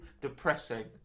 Depressing